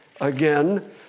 Again